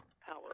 power